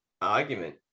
argument